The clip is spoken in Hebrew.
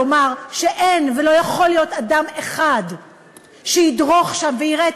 לומר שאין ולא יכול להיות אדם אחד שידרוך שם ויראה את